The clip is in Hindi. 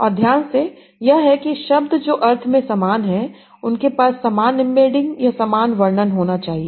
और ध्यान से यह है कि शब्द जो अर्थ में समान है उनके पास समान एम्बेडिंग या समान वर्णन होना चाहिए